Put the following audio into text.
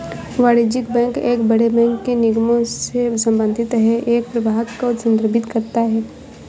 वाणिज्यिक बैंक एक बड़े बैंक के निगमों से संबंधित है एक प्रभाग को संदर्भित करता है